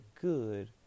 good